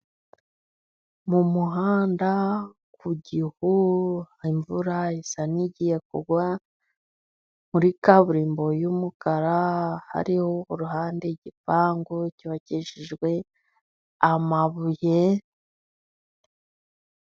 Mu muhanda, ku gihu, imvura isa n'igiye kugwa. Muri kaburimbo y'umukara hariho uruhande igipangu cyubakishijwe amabuye.